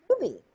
movie